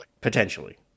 Potentially